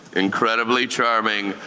incredibly charming,